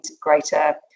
greater